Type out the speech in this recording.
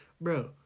bro